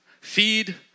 feed